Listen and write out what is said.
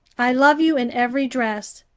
i love you in every dress.